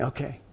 Okay